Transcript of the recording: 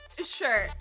Sure